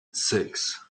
six